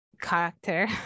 character